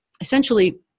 essentially